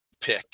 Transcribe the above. pick